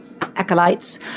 acolytes